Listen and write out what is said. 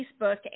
Facebook